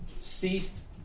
ceased